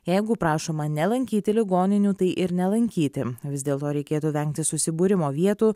jeigu prašoma nelankyti ligoninių tai ir nelankyti vis dėlto reikėtų vengti susibūrimo vietų